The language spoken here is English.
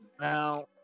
Now